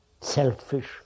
selfish